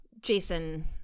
Jason